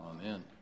Amen